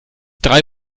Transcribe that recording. drei